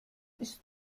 ist